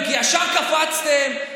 וישר קפצתם.